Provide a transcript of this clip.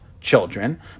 children